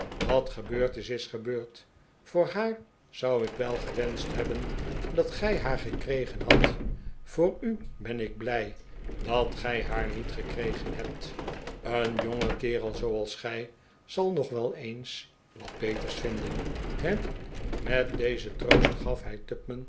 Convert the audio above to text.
wat gebeurd is is gebeurd voor haar zou ik wel gewenscht hebben dat gij haar gekregen hadt voor u ben ik blij dat gij haar niet gekregen hebt een jonge kerel zooals gij zal nog wel eens wat beters vinden he met dezen troost gaf hij